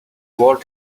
war